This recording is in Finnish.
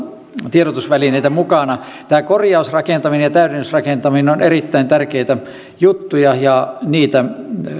tiedotusvälineitä mukana nämä korjausrakentaminen ja täydennysrakentaminen ovat erittäin tärkeitä juttuja ja niitä